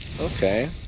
Okay